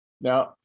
Now